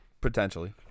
Potentially